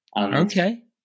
Okay